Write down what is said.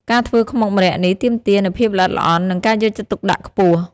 ការធ្វើខ្មុកម្រ័ក្សណ៍នេះ ទាមទារនូវភាពល្អិតល្អន់ និងការយកចិត្តទុកដាក់ខ្ពស់។